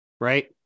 right